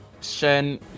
Shen